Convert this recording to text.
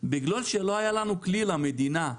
בגלל שלא היה לנו כלי, למדינה,